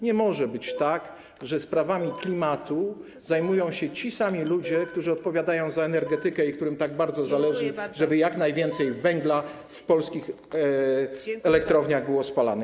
Nie może być tak, że sprawami klimatu zajmują się ci sami ludzie, którzy odpowiadają za energetykę i którym tak bardzo zależy, żeby jak najwięcej węgla w polskich elektrowniach było spalane.